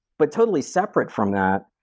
but totally separate from that,